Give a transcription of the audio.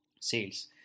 sales